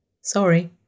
Sorry